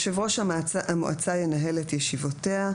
(ב)יושב ראש המועצה ינהל את ישיבותיה,